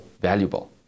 valuable